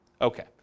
okay